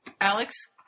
Alex